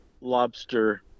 lobster